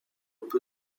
peu